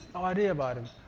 idea about him.